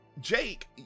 Jake